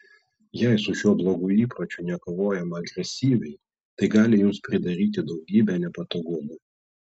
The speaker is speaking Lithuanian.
jei su šiuo blogu įpročiu nekovojama agresyviai tai gali jums pridaryti daugybę nepatogumų